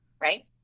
Right